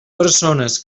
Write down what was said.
persones